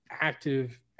active